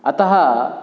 अतः